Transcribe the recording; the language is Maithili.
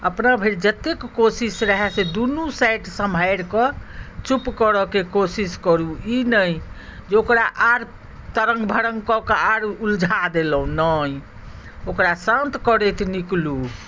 अपना भरि जतेक कोशिश रहए जे दुनू साइड सम्हारि कऽ चुप करऽके कोशिश करू ई नहि जे ओकरा आर तरङ्ग भरङ्ग कऽ कऽ आर ऊलझा देलहुँ नहि ओकरा शान्त करैत निकलू